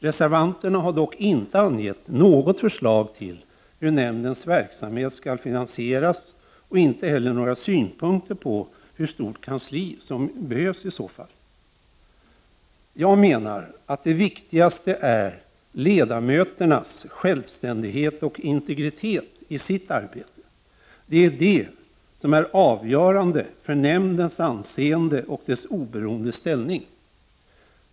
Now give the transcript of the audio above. Reservanterna har dock inte angett något förslag till hur nämndens verksamhet skall finansieras och inte heller några synpunkter på hur stort kansli som i så fall behövs. Jag menar att det viktigaste är ledamöternas självständighet och integritet i sitt arbete — det är det som är avgörande för nämndens anseende och dess oberoende ställning.